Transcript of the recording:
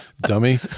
dummy